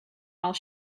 while